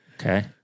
Okay